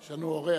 יש לנו אורח.